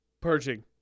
Purging